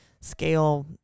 scale